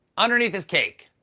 underneath is cake.